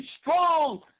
Strong